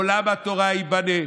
עולם התורה ייבנה,